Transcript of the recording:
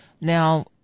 Now